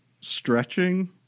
stretching